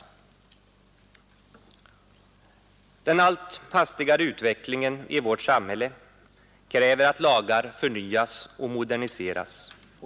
Den allt hastigare utvecklingen i vårt samhälle kräver att lagar förnyas och moderniseras.